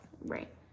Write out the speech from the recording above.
right